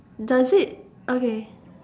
does it okay